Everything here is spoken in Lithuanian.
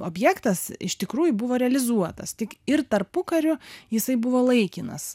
objektas iš tikrųjų buvo realizuotas tik ir tarpukariu jisai buvo laikinas